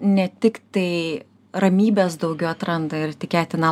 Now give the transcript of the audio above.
ne tik tai ramybės daugiau atranda ir tikėtina